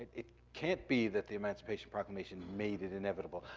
it can't be that the emancipation proclamation made it inevitable.